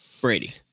Brady